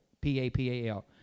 P-A-P-A-L